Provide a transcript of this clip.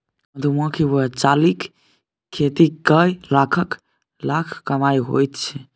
मधुमाछी वा चालीक खेती कए लाखक लाख कमाई होइत छै